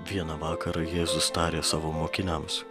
vieną vakarą jėzus tarė savo mokiniams